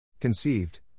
Conceived